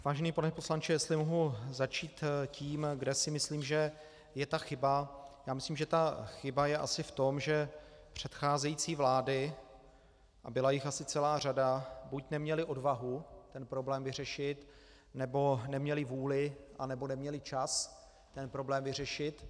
Vážený pane poslanče, jestli mohu začít tím, kde si myslím, že je ta chyba, já myslím, že ta chyba je asi v tom, že předcházející vlády, a byla jich asi celá řada, buď neměly odvahu ten problém vyřešit, nebo neměly vůli, nebo neměly čas ten problém vyřešit.